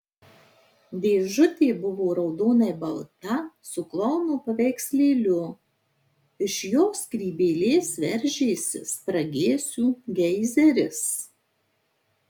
dėžutė buvo raudonai balta su klouno paveikslėliu iš jo skrybėlės veržėsi spragėsių geizeris